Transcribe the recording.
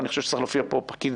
אני חושב שצריך להופיע פה פקיד